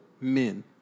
men